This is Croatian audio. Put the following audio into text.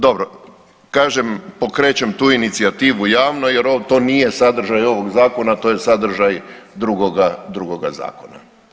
Dobro, kažem pokrećem tu inicijativu javno jer to nije sadržaj ovog zakona, to je sadržaj drugoga zakona.